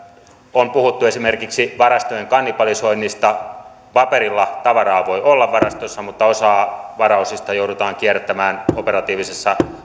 on puhuttu esimerkiksi varastojen kannibalisoinnista paperilla tavaraa voi olla varastossa mutta osaa varaosista joudutaan kierrättämään operatiivisessa